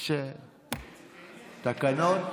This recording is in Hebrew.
יש תקנון.